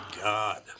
God